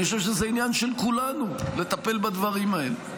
אני חושב שזה עניין של כולנו לטפל בדברים האלה.